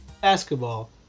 Basketball